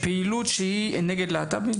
פעילות שהיא כנגד להט"בים?